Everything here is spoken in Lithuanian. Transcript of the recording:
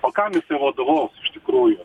o kam jisai vadovaus iš tikrųjų